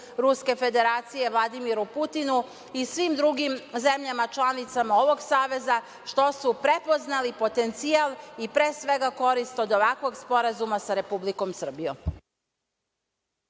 Ruske Federacije Vladimiru Putinu i svim drugim zemljama članicama ovog saveza što su prepoznali potencijal i, pre svega, korist od ovakvog sporazuma sa Republikom Srbijom.